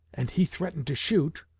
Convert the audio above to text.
and he threatened to shoot,